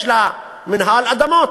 יש למינהל אדמות,